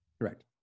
Correct